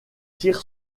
tire